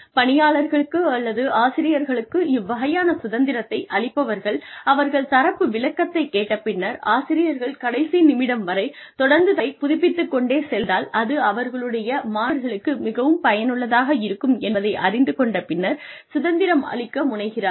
பணியாளர்களுக்கு அல்லது ஆசிரியர்களுக்கு இவ்வகையான சுதந்திரத்தை அளிப்பவர்கள் அவர்கள் தரப்பு விளக்கத்தைக் கேட்ட பின்னர் ஆசிரியர்கள் கடைசி நிமிடம் வரை தொடர்ந்து தங்களைப் புதுப்பித்து கொண்டே செல்ல முடிந்தால் அது அவர்களுடைய மாணவர்களுக்கு மிகவும் பயனுள்ளதாக இருக்கும் என்பதை அறிந்து கொண்ட பின்னர் சுதந்திரம் அளிக்க முனைகிறார்கள்